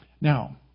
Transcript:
Now